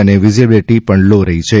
અને વિઝીબિલીટી પણ લો રહી છે